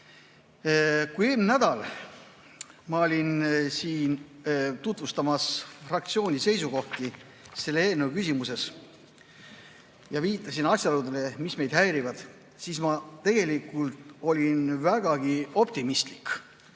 Eelmine nädal ma olin siin tutvustamas fraktsiooni seisukohti selle eelnõu küsimuses ja viitasin asjaoludele, mis meid häirivad, aga siis ma tegelikult olin vägagi optimistlik.